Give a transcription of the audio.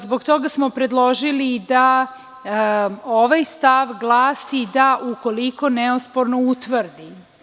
Zbog toga smo predložili da ovaj stav glasi da: „ukoliko neosporno utvrdi“